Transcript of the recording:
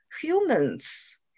humans